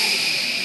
טיבייב,